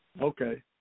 Okay